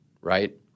right